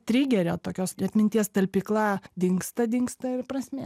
trigerio tokios atminties talpykla dingsta dingsta ir prasmė